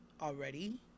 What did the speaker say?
already